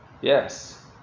Yes